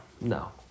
No